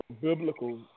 biblical